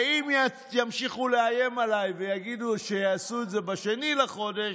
ואם ימשיכו לאיים עליי ויגידו שיעשו את זה ב-2 בחודש,